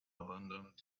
abandoned